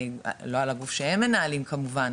לא על הגוף שהם מנהלים כמובן,